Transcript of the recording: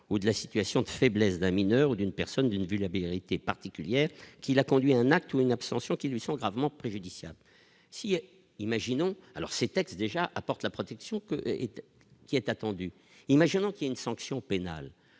ou de la situation de faiblesse d'un mineur ou d'une personne d'une vue la vérité particulière qui l'a conduit à un atout, une abstention qui lui sont gravement préjudiciable si imaginons alors ces textes déjà apporte la protection qu'est qui est attendu, imaginons qu'il a une sanction pénale,